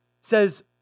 says